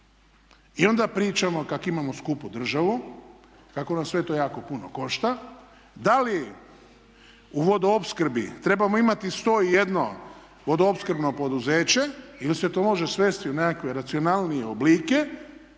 I onda pričamo kak' imamo skupu državu, kako nas sve to jako puno košta. Da li u vodoopskrbi trebamo imati 101 vodoopskrbno poduzeće ili se to može svesti u nekakve racionalnije oblike,